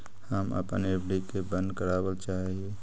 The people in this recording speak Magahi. हम अपन एफ.डी के बंद करावल चाह ही